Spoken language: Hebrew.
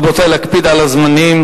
רבותי, להקפיד על הזמנים.